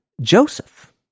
Joseph